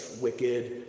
wicked